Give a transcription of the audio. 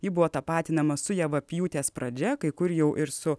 ji buvo tapatinama su javapjūtės pradžia kai kur jau ir su